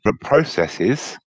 processes